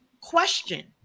question